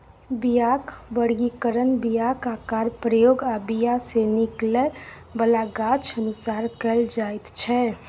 बीयाक बर्गीकरण बीयाक आकार, प्रयोग आ बीया सँ निकलै बला गाछ अनुसार कएल जाइत छै